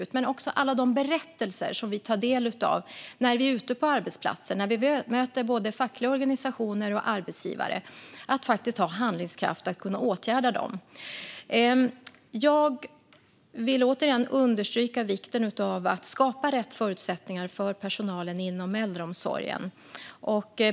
Men det handlar också om alla de berättelser som vi tar del av när vi är ute på arbetsplatser och möter både fackliga organisationer och arbetsgivare. Det gäller att ha handlingskraft att kunna åtgärda problemen. Jag vill återigen understryka vikten av att skapa rätt förutsättningar för personalen inom äldreomsorgen.